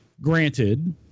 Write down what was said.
Granted